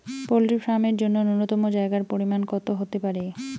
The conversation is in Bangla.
পোল্ট্রি ফার্ম এর জন্য নূন্যতম জায়গার পরিমাপ কত হতে পারে?